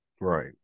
Right